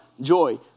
joy